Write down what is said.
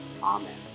amen